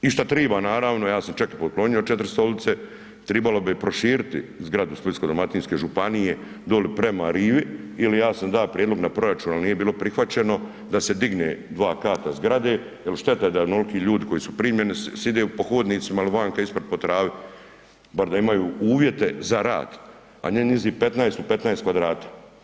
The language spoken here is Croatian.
I šta treba naravno, ja sam čak i poklonio 4 stolice, trebalo bi proširiti zgradu Splitsko-dalmatinske županije dolje prema rivi jer ja sam dao prijedlog na proračun ali nije bilo prihvaćeno da se digne kata zgrade jer šteta je da onoliko ljudi koji su primljeni sjede po hodnicima ili vanka ispred po travi, bar da imaju uvjete za rad a ne njih 15 u 15 kvadrata.